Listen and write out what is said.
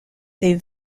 les